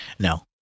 No